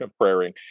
praying